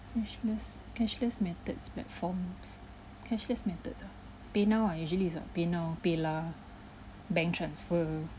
cashless cashless methods platforms cashless methods ah paynow I usually use what paynow paylah bank transfer